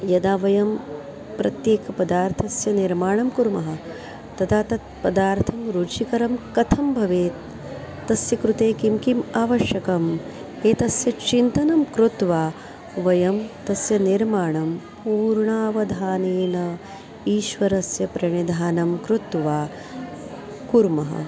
यदा वयं प्रत्येकपदार्थस्य निर्माणं कुर्मः तदा तत् पदार्थं रुचिकरं कथं भवेत् तस्य कृते किं किम् आवश्यकम् एतस्य चिन्तनं कृत्वा वयं तस्य निर्माणं पूर्णावधानेन ईश्वरस्य प्रणिधानं कृत्वा कुर्मः